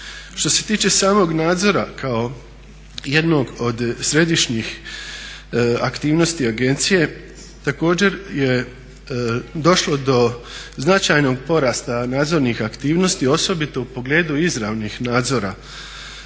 Što se tiče samog nadzora kao jednog od središnjih aktivnosti agencije također je došlo do značajnog porasta nadzornih aktivnosti osobito u pogledu izravnih nadzora u